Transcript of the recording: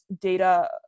data